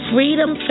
Freedom